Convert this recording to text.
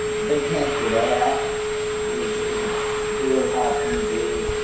to be cancelled out is is a really hard thing to deal with.